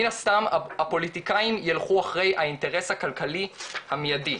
מן הסתם הפוליטיקאים ילכו אחרי האינטרס הכלכלי המיידי,